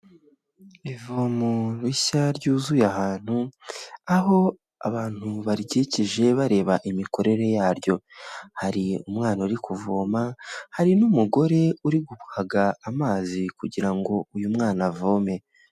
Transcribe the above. Ivomo rishya ryuzuye ahantu aho abantu barikikije bareba imikorere yaryo hari umwana uri kuvoma hari n'umugore uriguhaga amazi kugira ngo uyu mwana avome.